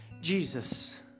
Jesus